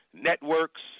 networks